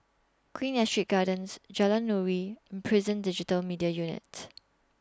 Queen Astrid Gardens Jalan Nuri Prison Digital Media Unit